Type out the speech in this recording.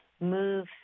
move